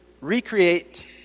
recreate